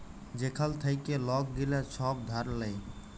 যেখাল থ্যাইকে লক গিলা ছব ধার লেয়